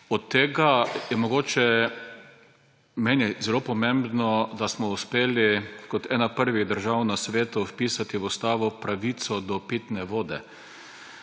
Od tega je mogoče meni zelo pomembno, da smo uspeli kot ena prvih držav na svetu vpisati v ustavo pravico do pitne vode.